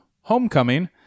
homecoming